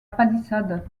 palissade